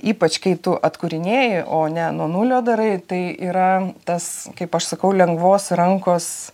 ypač kai tu atkūrinėji o ne nuo nulio darai tai yra tas kaip aš sakau lengvos rankos